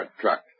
truck